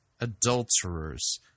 adulterers